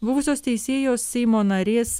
buvusios teisėjo seimo narės